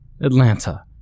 Atlanta